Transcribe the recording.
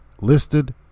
Listed